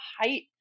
height